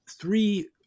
three